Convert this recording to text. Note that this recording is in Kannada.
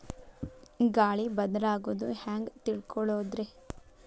ಗಾಳಿ ಬದಲಾಗೊದು ಹ್ಯಾಂಗ್ ತಿಳ್ಕೋಳೊದ್ರೇ?